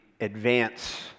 advance